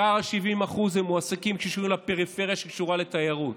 ושאר ה-70% מועסקים בקשר לפריפריה שקשורה לתיירות: